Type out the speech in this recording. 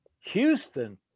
Houston